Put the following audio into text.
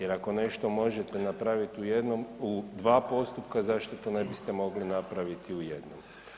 Jer ako nešto možete napraviti u jednom, u dva postupka, zašto to ne biste mogli napraviti u jednom.